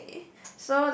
okay